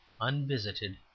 unvisited